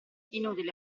inutile